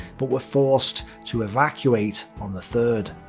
but were forced to evacuate on the third.